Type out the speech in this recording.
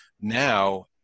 now